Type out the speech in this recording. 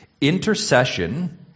intercession